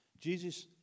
Jesus